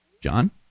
John